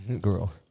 Girl